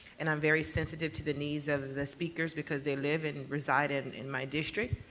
and i'm very sensitive to the needs of the speakers because they live and reside in and in my district,